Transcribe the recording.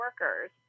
workers